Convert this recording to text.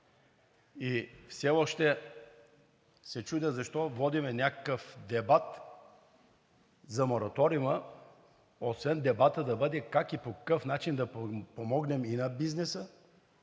Все още се чудя защо водим някакъв дебат за мораториума, освен дебатът да бъде как и по какъв начин да помогнем на бизнеса,